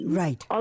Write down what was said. right